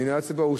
אני לא האצתי בו.